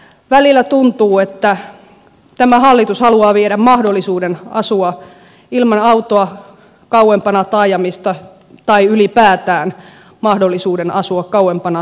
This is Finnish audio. välillä tuntuu että tämä hallitus haluaa viedä mahdollisuuden asua ilman autoa kauempana taajamista tai ylipäätään mahdollisuuden asua kauempana taajamista